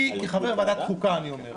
אני כחבר ועדת החוקה אני אומר,